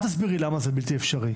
אל תסביר לי למה זה בלתי אפשרי.